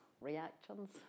reactions